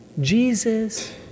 Jesus